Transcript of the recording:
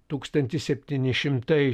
tūkstantis septyni šimtai